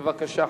בבקשה.